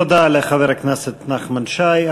תודה לחבר הכנסת נחמן שי.